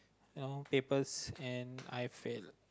all papers and I failed